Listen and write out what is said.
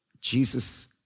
Jesus